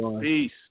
Peace